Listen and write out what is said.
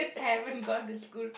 I haven't gone to school